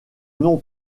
nom